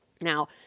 Now